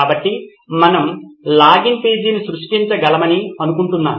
కాబట్టి మనం లాగిన్ పేజీని సృష్టించగలమని అనుకుంటున్నాను